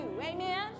amen